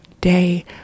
day